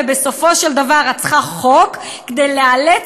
ובסופו של דבר את צריכה חוק כדי לאלץ